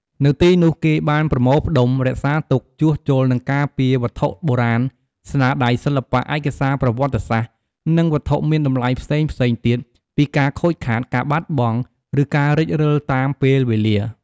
នៅទីនោះគេបានប្រមូលផ្ដុំ រក្សាទុក ជួសជុល និងការពារវត្ថុបុរាណ ស្នាដៃសិល្បៈ ឯកសារប្រវត្តិសាស្ត្រ និងវត្ថុមានតម្លៃផ្សេងៗទៀតពីការខូចខាត ការបាត់បង់ ឬការរិចរិលតាមពេលវេលា។